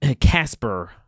Casper